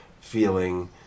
feeling